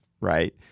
right